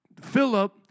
Philip